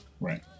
Right